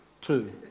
two